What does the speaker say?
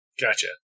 Gotcha